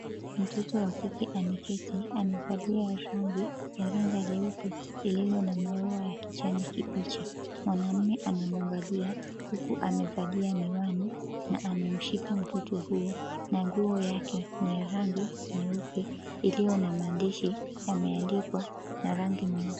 Mtoto wa kike ameketi, amevalia rangi iringa nyeupe iliyo na maua ya kijani kibichi. Mwanamume anamwangalia huku amevalia miwani, na amemshika mtoto huyu. Na nguo yake ni ya rangi nyeupe, iliyo na maandishi yameandikwa na rangi nyeusi.